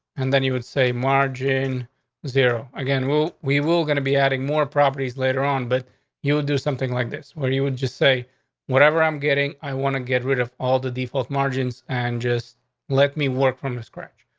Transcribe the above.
and then you would say margin zero again. well, we will gonna be adding more properties later on, but you'll do something like this where you would just say whatever i'm getting. i want to get rid of all the default margins and just let me work from the scratch.